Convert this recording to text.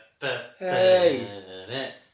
hey